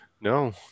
No